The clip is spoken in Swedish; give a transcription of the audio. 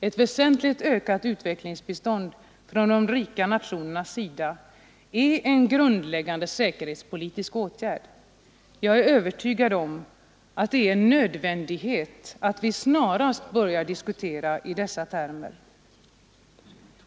Ett väsentligt ökat utvecklingsbistånd från de rika nationernas sida är en grundläggande säkerhetspolitisk åtgärd. Jag är övertygad om att det är en nödvändighet att vi snarast börjar diskutera i dessa termer.